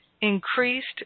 increased